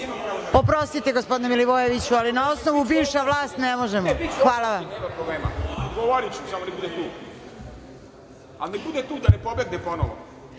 Izvolite. Oprostite, gospodine Milivojeviću, ali na osnovu bivša vlast, ne možemo. Hvala vam.